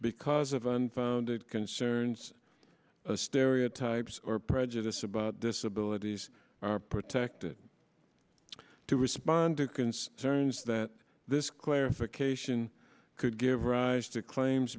because of unfounded concerns stereotypes or prejudice about disability are protected to respond to concerns that this clarification could give rise to claims